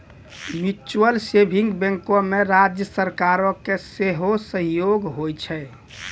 mutual saving बैंको मे राज्य सरकारो के सेहो सहयोग होय छै